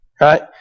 Right